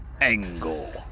Angle